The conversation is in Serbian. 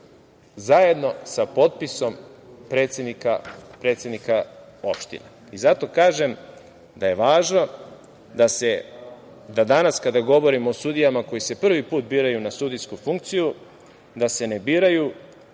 zajedno sa potpisom predsednika opština. Zato kažem da je važno da danas kada govorimo o sudijama koji se prvi put biraju na sudijsku funkciju, da se ne biraju